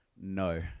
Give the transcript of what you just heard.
no